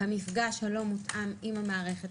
המפגש הלא מותאם עם המערכת.